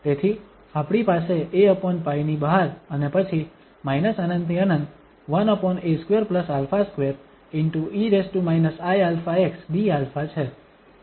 તેથી આપણી પાસે aπ ની બહાર અને પછી ∞∫∞ 1a2α2 ✕ e iαx dα છે